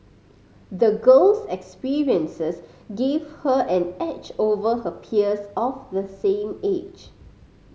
the girl's experiences give her an edge over her peers of the same age